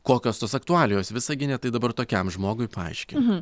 kokios tos aktualijos visagine tai dabar tokiam žmogui paaiškink